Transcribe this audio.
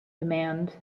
demand